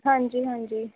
ਹਾਂਜੀ ਹਾਂਜੀ